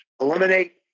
eliminate